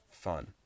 fun